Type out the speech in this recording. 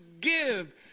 give